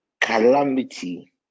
calamity